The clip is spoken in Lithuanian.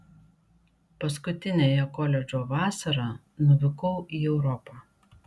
paskutiniąją koledžo vasarą nuvykau į europą